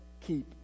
keep